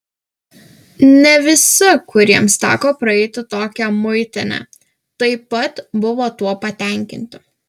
ne visi kuriems teko praeiti tokią muitinę taip pat buvo tuo patenkinti